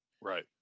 right